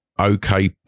okay